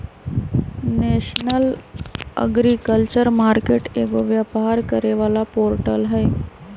national agriculture market एगो व्यापार करे वाला पोर्टल हई